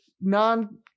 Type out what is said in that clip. non